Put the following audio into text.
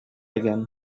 again